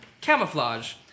Camouflage